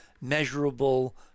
measurable